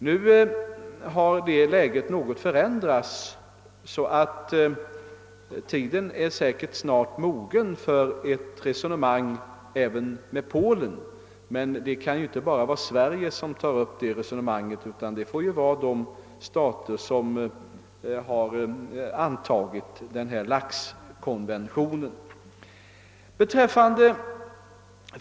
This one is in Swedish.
Nu har läget i detta avseende något förändrats, och tiden är säkerligen snart mogen för en diskussion även med Polen. Sverige kan emellertid inte ensamt ta upp detta resonemang utan detta får göras av de stater som antagit laxkonventionen.